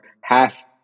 half